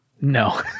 No